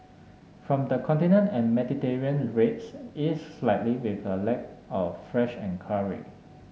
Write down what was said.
from the Continent and Mediterranean rates eased slightly with a lack of fresh enquiry